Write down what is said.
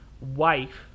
wife